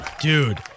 Dude